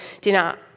dinner